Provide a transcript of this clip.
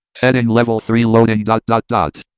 heading level three. loading dot dot dot.